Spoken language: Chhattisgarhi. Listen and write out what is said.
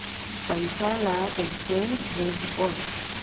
पईसा ला कइसे भेजबोन?